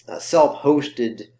self-hosted